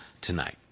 tonight